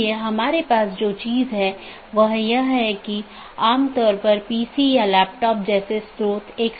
इस प्रकार एक AS में कई राऊटर में या कई नेटवर्क स्रोत हैं